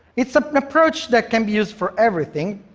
it's ah an approach that can be used for everything,